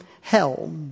hell